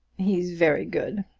he's very good.